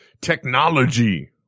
technology